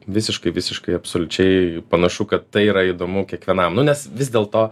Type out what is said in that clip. visiškai visiškai absoliučiai panašu kad tai yra įdomu kiekvienam nu nes vis dėl to